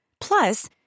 Plus